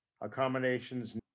accommodations